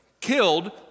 killed